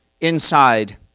inside